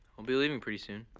i'll be leaving pretty soon.